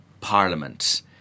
Parliament